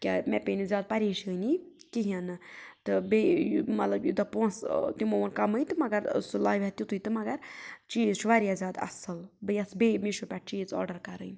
کیٛازِ مےٚ پیٚیہِ نہٕ زیادٕ پریشٲنی کِہیٖنۍ نہٕ تہٕ بیٚیہِ ٲں مطلب یوٗتاہ پونٛسہٕ ٲں تِمو ووٚن کَمٕے تہٕ مگر سُہ لَوِ ہا تیٛتُے تہٕ مگر چیٖز چھُ واریاہ زیادٕ اصٕل بہٕ یژھہٕ بیٚیہِ میٖشو پٮ۪ٹھ چیٖز آرڈَر کَرٕنۍ